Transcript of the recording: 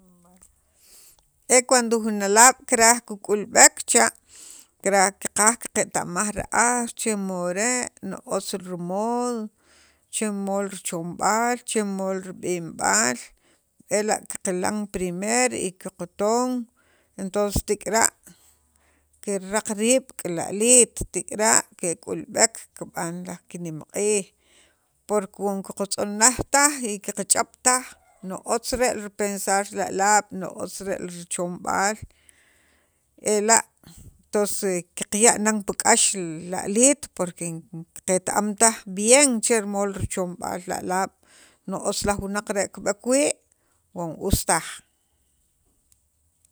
e cuand jun alaab' kiraj kik'ulb'ek cha kiraj qaqaj qaqeta'maj ra'aj che ri mod re' mod chimo richomb'al chimo rib'inb'al, ela' qilan primer y qaton entons tek'ira' kiraq riib' rik'in li aliit tik'ira' kik'ulb'ek kib'an laj kinemq'iij por cu qaqatz'onaj taj y qach'ab' taj no otz re ripensar li alaab' ni otz re richomb'aal ela' tons qaya' nan pi k'ax li aliit porque qet- am taj bien cher mod richomb'aal li alaab' ni otz laj wunaq lon kib'eek wii' wan os taj